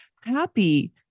happy